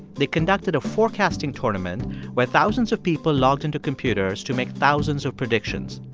they conducted a forecasting tournament where thousands of people logged into computers to make thousands of predictions.